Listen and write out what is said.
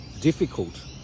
difficult